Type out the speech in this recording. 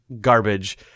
garbage